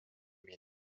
мени